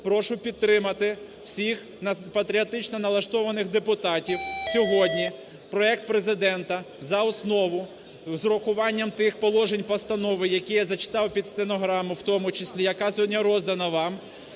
прошу підтримати всіх патріотично налаштованих депутатів сьогодні проект Президента за основу з врахуванням тих положень постанови, які я зачитав під стенограму в тому числі, яка сьогодні роздана вам,